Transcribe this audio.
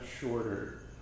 shorter